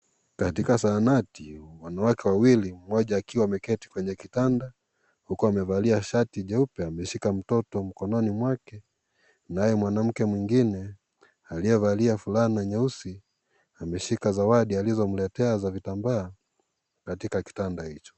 Katika zahanati wanawake wawili mmoja kaiwa ameketi kwenye kitanda huku amevalia shati jeupe ameshikilia mtoto mkononi mwake, naye mwanamke mwingine aliyevalia fulana nyeusi ameshika zawadi alizomletea z akitambaa katika kitanda hicho.